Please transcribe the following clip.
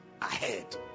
ahead